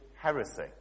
heresy